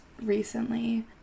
recently